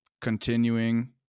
continuing